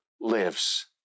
lives